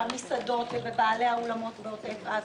במסעדות ובבעלי האולמות בעוטף עזה.